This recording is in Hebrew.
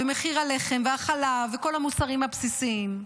מחיר הלחם והחלב וכל המוצרים הבסיסיים,